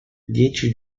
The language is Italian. dieci